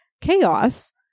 chaos